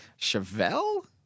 Chevelle